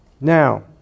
Now